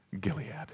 Gilead